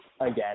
again